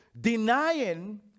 denying